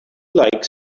like